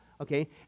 okay